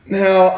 now